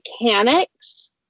mechanics